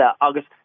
August